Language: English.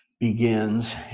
begins